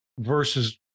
versus